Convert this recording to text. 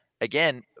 again